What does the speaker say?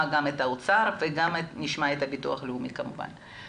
גם את משרד האוצר ואת הביטוח הלאומי כמובן.